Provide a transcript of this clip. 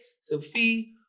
Sophie